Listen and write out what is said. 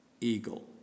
eagle